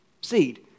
seed